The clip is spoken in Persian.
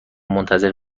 منتظر